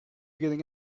getting